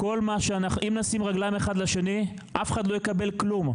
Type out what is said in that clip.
אם נשים רגליים אחד לשני, אף אחד לא יקבל כלום.